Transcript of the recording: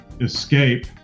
escape